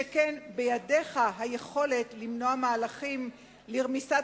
שכן בידיך היכולת למנוע מהלכים לרמיסת